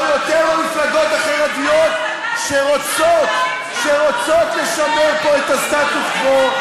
או יותר מהמפלגות החרדיות שרוצות לשמר פה את הסטטוס-קוו?